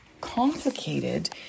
complicated